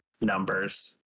numbers